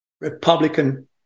Republican